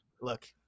look